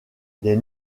des